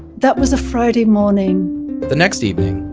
that was a friday morning the next evening,